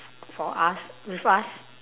for us with us